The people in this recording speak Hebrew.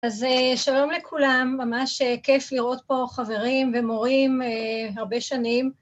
אז שלום לכולם, ממש כיף לראות פה חברים ומורים הרבה שנים.